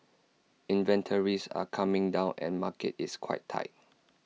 inventories are coming down and market is quite tight